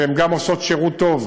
וגם הן עושות שירות טוב,